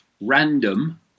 random